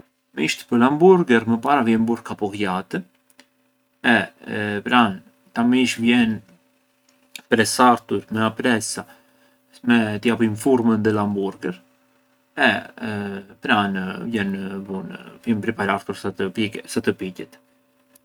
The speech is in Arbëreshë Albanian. Misht pë l’hamburgher mëpara vjen burë kapulljat e pranë këta mishë vjën pressartur me a pressa të japjën furmën di l’hamburgher, e pran vjen vun- priparartur sa të piqet.